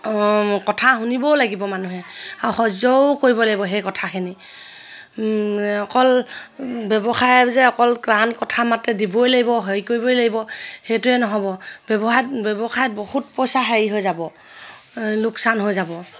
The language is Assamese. কথা শুনিবও লাগিব মানুহে আৰু সহ্যও কৰিব লাগিব সেই কথাখিনি অকল ব্যৱসায় যে অকল টান কথা মাতে দিবই লাগিব হেৰি কৰিবই লাগিব সেইটোৱে নহ'ব ব্যৱসায়ত ব্যৱসায়ত বহুত পইচা হেৰি হৈ যাব লোকচান হৈ যাব